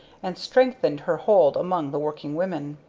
and strengthened her hold among the working women.